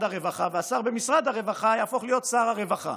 הרווחה והשר במשרד הרווחה יהפוך להיות שר הרווחה.